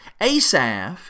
Asaph